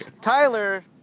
Tyler